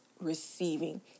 receiving